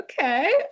Okay